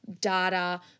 data